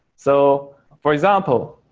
so for example,